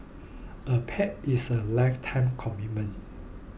a pet is a lifetime commitment